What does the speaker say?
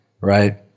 right